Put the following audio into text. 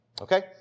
Okay